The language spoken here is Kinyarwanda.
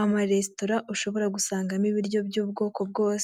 ama resitora ushobora gusangamo ibiryo by'ubwoko bwose.